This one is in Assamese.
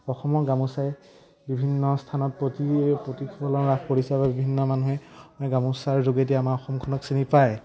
অসমৰ গামোচাই বিভিন্ন স্থানত প্ৰতিফলন লাভ কৰিছে বা বিভিন্ন মানুহে গামোচাৰ যোগেদি আমাৰ অসমখনক চিনি পায়